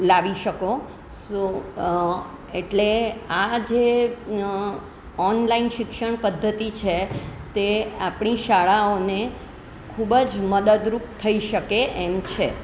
લાવી શકો સો એટલે આ જે ઓનલાઈન શિક્ષણ પદ્ધતિ છે તે આપણી શાળાઓને ખૂબ જ મદદરૂપ થઈ શકે એમ છે